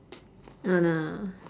oh no